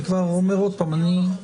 אני אומר עוד פעם.